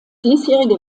diesjährige